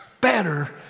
better